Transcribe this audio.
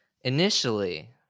initially